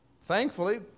Thankfully